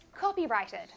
copyrighted